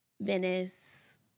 Venice